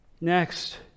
Next